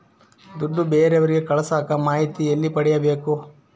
ದುಡ್ಡು ಬೇರೆಯವರಿಗೆ ಕಳಸಾಕ ಮಾಹಿತಿ ಎಲ್ಲಿ ಪಡೆಯಬೇಕು?